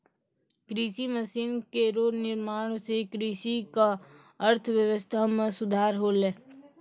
कृषि मसीन केरो निर्माण सें कृषि क अर्थव्यवस्था म सुधार होलै